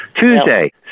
Tuesday